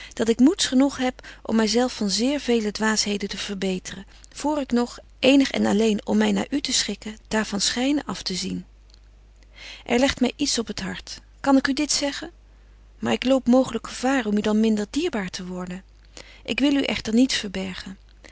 dat ik moeds genoeg heb om my zelf van zeer vele dwaasheden te verbeteren voor ik nog eenig en alleen om my naar u te schikken daar van schyne af te zien er legt my iets op t hart kan ik u dit zeggen maar ik loop mooglyk gevaar om u dan minder dierbaar te worden ik wil u echter niets verbergen